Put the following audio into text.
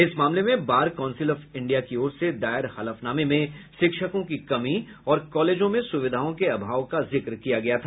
इस मामले में बार काउंसिल ऑफ इंडिया की ओर से दायर हलफनामे में शिक्षकों की कमी और कॉलेजों में सुविधाओं के अभाव का जिक्र किया गया था